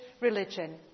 religion